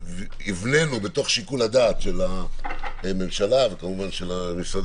היבננו בתוך שיקול הדעת של הממשלה וכמובן גם של משרד